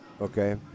okay